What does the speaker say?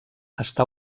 està